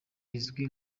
izwi